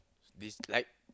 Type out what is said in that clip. dislike